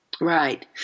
Right